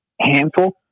handful